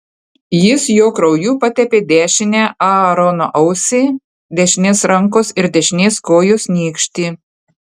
jis jo krauju patepė dešinę aarono ausį dešinės rankos ir dešinės kojos nykštį